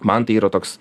man tai yra toks